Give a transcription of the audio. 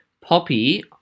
Poppy